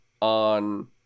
on